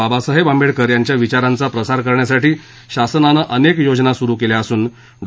बाबासाहेब आंबेडकर यांच्या विचारांचा प्रसार करण्यासाठी शासनानं अनेक योजना सुरू केल्या असून डॉ